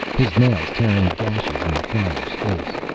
his nails tearing gashes in the flyer's face.